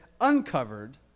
uncovered